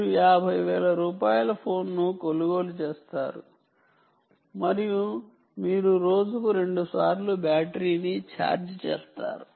మీరు 50 వేల రూపాయల ఫోన్ను కొనుగోలు చేస్తారు మరియు మీరు రోజుకు రెండుసార్లు బ్యాటరీని ఛార్జ్ చేస్తారు